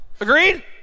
Agreed